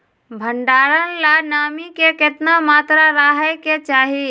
भंडारण ला नामी के केतना मात्रा राहेके चाही?